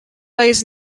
lays